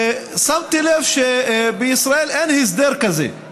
ושמתי לב שבישראל אין הסדר כזה.